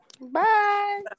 Bye